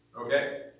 Okay